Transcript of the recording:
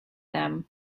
them